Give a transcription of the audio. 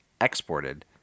exported